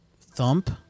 thump